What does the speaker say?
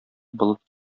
болыт